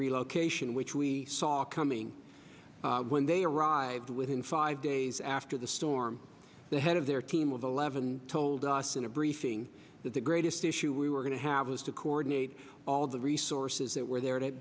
relocation which we saw coming when they arrived within five days after the storm the head of their team of eleven told us in a briefing that the greatest issue we were going to have was to coordinate all the resources that were there